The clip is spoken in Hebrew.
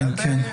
כן, כן, בסדר.